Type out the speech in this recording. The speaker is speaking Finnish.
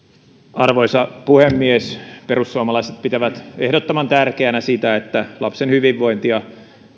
arvoisa puhemies perussuomalaiset pitävät ehdottoman tärkeänä sitä että lapsen hyvinvointi ja